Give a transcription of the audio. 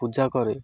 ପୂଜା କରେ